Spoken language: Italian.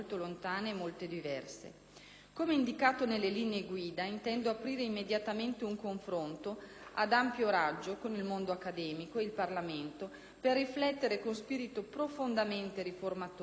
Come indicato nelle linee guida, intendo aprire immediatamente un confronto ad ampio raggio con il mondo accademico e il Parlamento per riflettere con spirito profondamente riformatore su come voltare pagina.